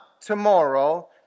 tomorrow